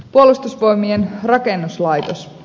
puolustusvoimien rakennuslaitos